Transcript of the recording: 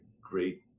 great